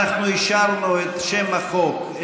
אנחנו אישרנו את שם החוק,